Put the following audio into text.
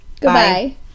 Goodbye